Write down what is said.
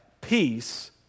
peace